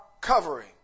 covering